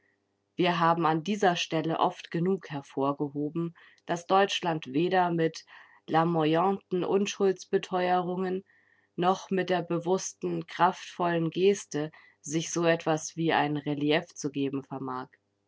wir haben an dieser stelle oft genug hervorgehoben daß deutschland weder mit larmoyanten unschuldsbeteuerungen noch mit der bewußten kraftvollen geste sich so etwas wie ein relief zu geben vermag